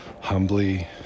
humbly